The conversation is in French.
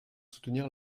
soutenir